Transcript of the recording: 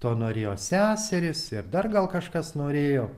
to norėjo seserys ir dar gal kažkas norėjo